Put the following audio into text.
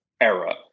era